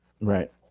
right